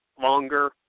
longer